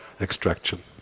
extraction